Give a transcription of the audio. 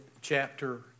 chapter